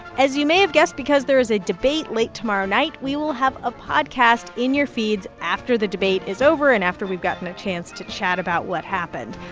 as you may have guessed, because there is a debate late tomorrow night, we will have a podcast in your feeds after the debate is over and after we've gotten a chance to chat about what happened.